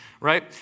right